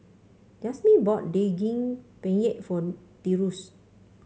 Yasmeen bought Daging Penyet for Tyrus